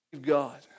God